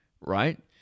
right